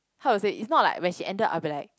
how to say it's not like when she ended I'll be like